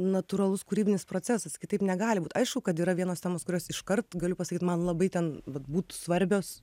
natūralus kūrybinis procesas kitaip negali būt aišku kad yra vienos temos kurios iškart galiu pasakyt man labai ten vat būtų svarbios